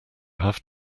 have